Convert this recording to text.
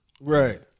Right